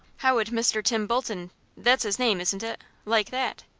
how would mr. tim bolton that's his name, isn't it like that?